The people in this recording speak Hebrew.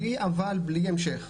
בלי אבל ובלי המשך.